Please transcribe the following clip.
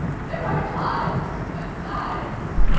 there are times and times.